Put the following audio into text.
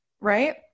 right